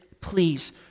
please